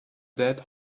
dead